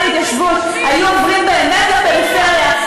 להתיישבות היו עוברים באמת לפריפריה,